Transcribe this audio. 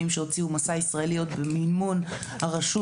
שהוציאו מסע ישראלי עוד במימון הרשות.